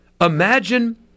Imagine